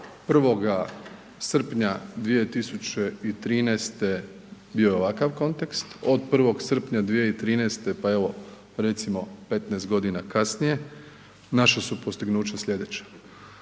1. srpnja 2013. bio je ovakav kontekst, od 1. srpnja 2013. pa evo recimo 15 godina kasnije naša su postignuća slijedeća,